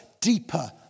deeper